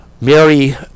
Mary